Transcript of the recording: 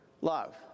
love